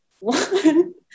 One